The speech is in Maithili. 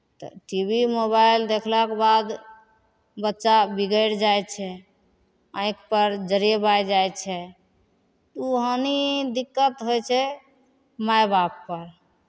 तऽ टी वी मोबाइल देखलाके बाद बच्चा बिगड़ि जाइ छै आँखिपर जरेब आइ जाइ छै ओ हानि दिक्कत होइ छै माय बापपर